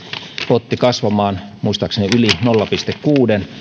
potti kasvamaan muistaakseni yli nolla pilkku kuuden